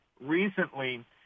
recently